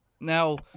Now –